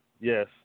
yes